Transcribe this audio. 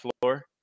floor